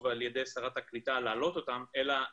על ידי שרת הקליטה להעלות אותם לארץ,